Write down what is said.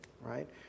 right